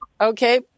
Okay